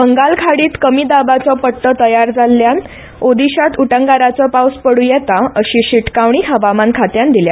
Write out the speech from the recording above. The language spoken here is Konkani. बंगाल खाडीत उण्या दाबाचो पट्टो तयार जाल्ल्यान ओदिशांत उटंगारांचो पावस पड़ूं येता अशी शिटकावणी हवामान खात्यान दिल्या